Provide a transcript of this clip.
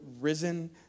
risen